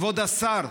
כבוד השר,